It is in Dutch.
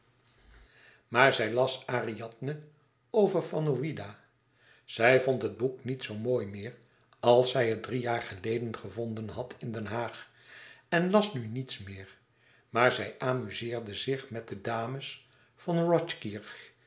maar zij las ariadne over van ouida zij vond het boek niet zoo mooi meer als zij het drie jaar geleden gevonden had in den haag en las nu niets meer maar zij amuzeerde zich met de dames von rothkirch